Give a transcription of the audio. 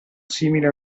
simile